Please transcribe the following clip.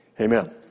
Amen